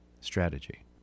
strategy